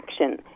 action